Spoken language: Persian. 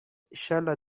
انشاالله